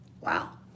Wow